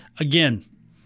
Again